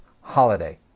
holiday